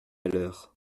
l’heure